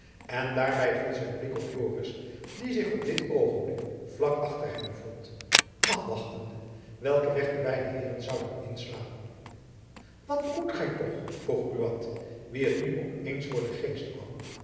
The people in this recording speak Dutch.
en daarby viel zijn blik op joris die zich op dit oogenblik vlak achter hem bevond afwachtende welken weg de beide heeren zouden inslaan wat moet gy toch vroeg buat wien het nu op eens voor den geest kwam